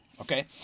Okay